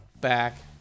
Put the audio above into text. back